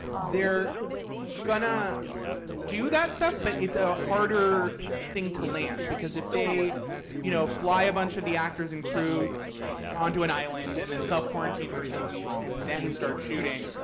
they're going to do that stuff, but it's a harder thing to land, because if they you know fly a bunch of the actors and crew onto an island and then self-quarantine for two weeks and then start shooting,